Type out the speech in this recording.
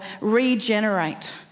regenerate